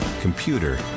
computer